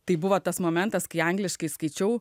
tai buvo tas momentas kai angliškai skaičiau